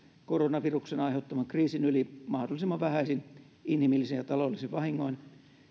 koronaviruksen aiheuttaman kriisin yli mahdollisimman vähäisin inhimillisin ja taloudellisin vahingoin